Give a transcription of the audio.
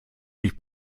sich